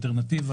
אלטרנטיבה,